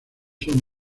son